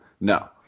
No